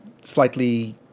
slightly